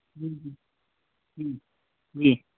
ہوں ہوں ہوں جی